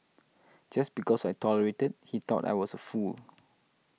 just because I tolerated he thought I was a fool